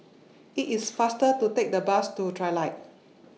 IT IS faster to Take The Bus to Trilight